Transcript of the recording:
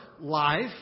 life